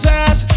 ass